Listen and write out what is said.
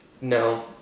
No